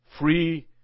free